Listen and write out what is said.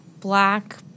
black